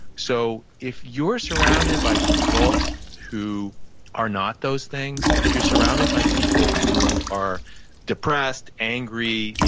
so if you're surrounded by people who are not those things, if you're surrounded by people who are depressed, angry,